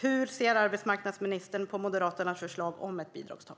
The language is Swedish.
Hur ser arbetsmarknadsministern på Moderaternas förslag om ett bidragstak?